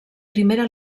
primera